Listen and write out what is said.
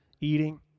Eating